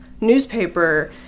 newspaper